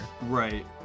Right